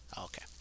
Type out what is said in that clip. okay